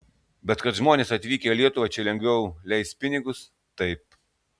bet kad žmonės atvykę į lietuvą čia lengviau leis pinigus taip